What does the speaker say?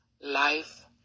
life